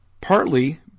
partly